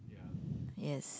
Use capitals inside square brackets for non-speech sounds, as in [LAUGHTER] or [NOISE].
[BREATH] yes